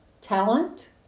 talent